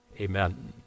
Amen